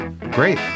Great